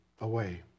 away